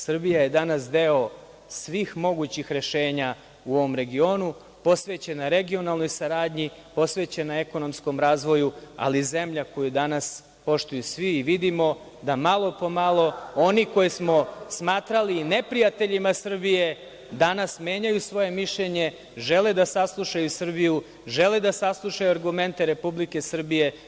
Srbija je danas deo svih mogućih rešenja u ovom regionu, posvećena regionalnoj saradnji, posvećena ekonomskom razvoju, ali i zemlja koju danas poštuju svi i vidimo da malo po malo oni koje smo smatrali neprijateljima Srbije, danas menjaju svoje mišljenje, žele da saslušaju Srbiju, žele da saslušaju argumente Republike Srbije.